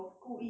更